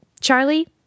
Charlie